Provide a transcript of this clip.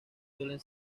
suelen